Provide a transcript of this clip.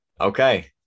Okay